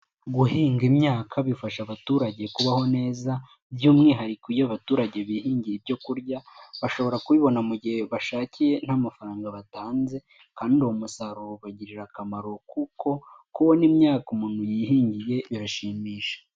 Guhinga imyaka bifasha abaturage kubaho neza by'umwihariko iyo abaturage bihingiye ibyo kurya bashobora kubibona mu gihe bashakiye nta mafaranga batanze kandi uwo musaruro ubagirira akamaro kuko kubona imyaka umuntu yihingiye birashimisha.